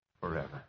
forever